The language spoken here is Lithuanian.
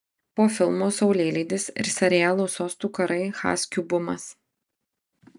po filmo saulėlydis ir serialo sostų karai haskių bumas